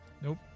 Nope